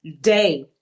day